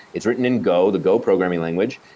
it's written in go, the go programming language,